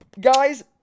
Guys